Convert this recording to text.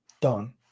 done